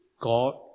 God